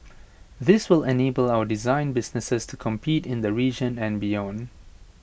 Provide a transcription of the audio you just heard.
this will enable our design businesses to compete in the region and beyond